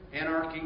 anarchy